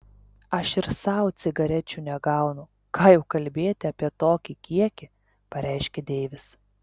aš ir sau cigarečių negaunu ką jau kalbėti apie tokį kiekį pareiškė deivis